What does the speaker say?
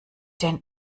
den